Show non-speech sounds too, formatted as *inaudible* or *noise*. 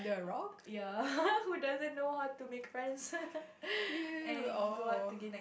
ya *laughs* who doesn't know how to make friends *laughs* and go out to gain